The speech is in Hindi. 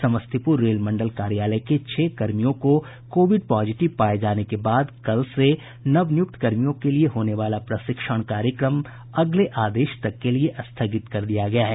समस्तीपुर रेल मंडल कार्यालय के छह कर्मियों को कोविड पॉजिटिव पाये जाने के बाद कल से नव नियुक्त कर्मियों के लिए होने वाला प्रशिक्षण कार्यक्रम अगले आदेश तक के लिए स्थगित कर दिया गया है